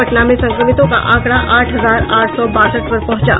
पटना में संक्रमितों का आंकड़ा आठ हजार आठ सौ बासठ पर पहुंचा